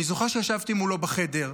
אני זוכר שישבתי מולו בחדר,